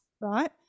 right